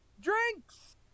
Drinks